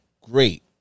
Great